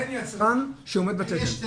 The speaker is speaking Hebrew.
אין יצרן שעומד בתקן.